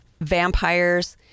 vampires